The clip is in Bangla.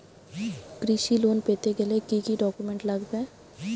কৃষি লোন পেতে গেলে কি কি ডকুমেন্ট লাগবে?